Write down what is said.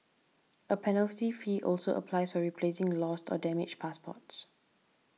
a penalty fee also applies for replacing lost or damaged passports